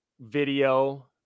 video